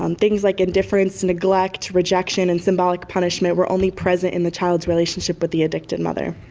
um things like indifference, neglect, rejection and symbolic punishment were only present in the child's relationship with the addicted mother.